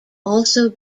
also